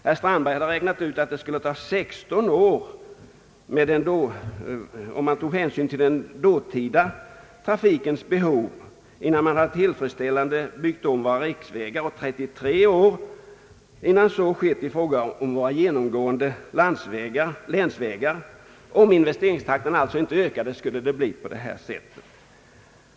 Herr Strandberg hade räknat ut att det skulle ta 16 år — om man tog hänsyn till den dåtida trafikens behov — innan vi tillfredsställande skulle ha byggt om våra riksvägar och 33 år innan så skett med våra genom gående länsvägar. Om investeringstakten alltså inte ökade skulle det bli på detta sätt.